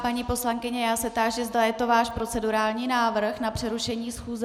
Paní poslankyně, já se táži, zda je to váš procedurální návrh na přerušení schůze.